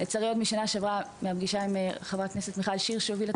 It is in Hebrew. בשנה שעברה יצא לי להיות בפגישה שהובילה חברת הכנסת מיכל שיר,